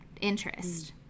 interest